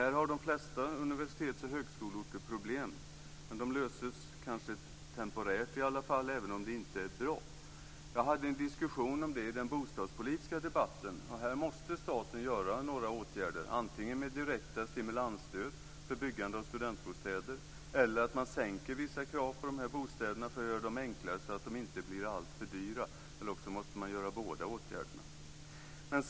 Här har de flesta universitets och högskoleorter problem. Jag förde en diskussion om detta i den bostadspolitiska debatten. Här måste staten vidta åtgärder, antingen med direkt stimulansstöd för byggande av studentbostäder eller genom att man sänker vissa krav på de här bostäderna och gör dem enklare så att de inte blir alltför dyra. Alternativt måste båda åtgärderna vidtas.